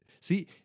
see